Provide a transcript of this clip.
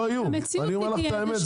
לא, אין צורך באיומים.